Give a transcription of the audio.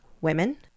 Women